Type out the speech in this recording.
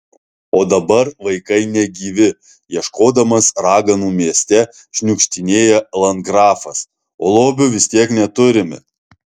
o dabar vaikai negyvi ieškodamas raganų mieste šniukštinėja landgrafas o lobio vis tiek neturime